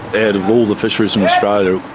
and of all the fisheries in australia,